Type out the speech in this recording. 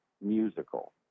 musical